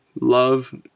love